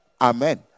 amen